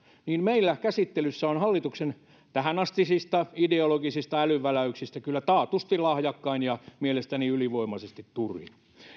niin meillä käsittelyssä on hallituksen tähänastisista ideologisista älynväläyksistä kyllä taatusti lahjakkain ja mielestäni ylivoimaisesti turhin